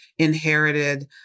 inherited